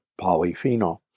polyphenol